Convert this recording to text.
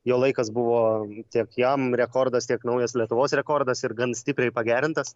jo laikas buvo tiek jam rekordas tiek naujas lietuvos rekordas ir gan stipriai pagerintas